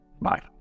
Bye